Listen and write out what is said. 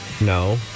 No